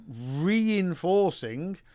reinforcing